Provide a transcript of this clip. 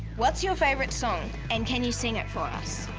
what's your favourite song and can you sing it for us?